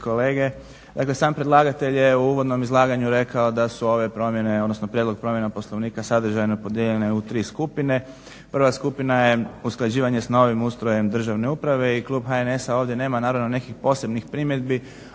sam predlagatelj je u uvodnom izlaganju rekao da su ove promjene odnosno prijedlog promjena Poslovnika sadržajno podijeljene u tri skupine. Prva skupina je usklađivanje s novim ustrojem državne uprave i klub HNS-a ovdje nema naravno nekih posebnih primjedbi,